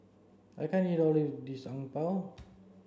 I can't eat all of this Png Tao